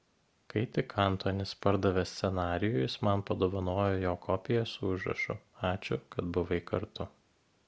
kai tik antonis pardavė scenarijų jis man padovanojo jo kopiją su užrašu ačiū kad buvai kartu